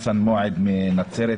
חסן מועאד מנצרת,